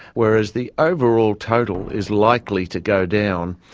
whereas the overall total is likely to go down,